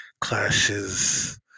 clashes